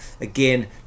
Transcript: again